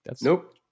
Nope